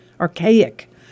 archaic